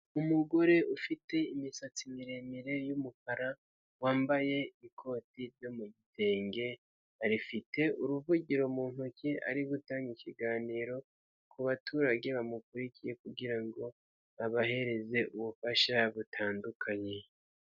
Umugore ufite imisatsi miremire y'umukara wambaye ikoti ryo mu gitenge rifite uruvugiro mu ntoki ari gutanga ikiganiro ku baturage bamukurikiye kugira ngo abahereze ubufasha butandukanye.